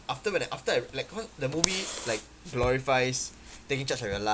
after when I after I like cause the movie like glorifies taking charge of your li~